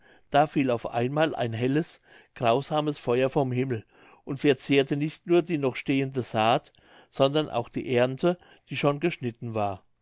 da fiel auf einmal ein helles grausames feuer vom himmel und verzehrte nicht nur die noch stehende saat sondern auch die ernte die schon geschnitten war